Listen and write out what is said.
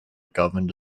governed